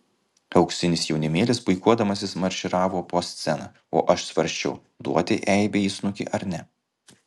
auksinis jaunimėlis puikuodamasis marširavo po sceną o aš svarsčiau duoti eibei į snukį ar ne